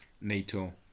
NATO